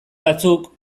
batzuk